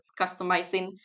customizing